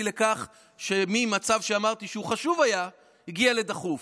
לכך שממצב שאמרתי שהיה חשוב הגיע לדחוף,